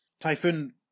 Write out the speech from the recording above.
Typhoon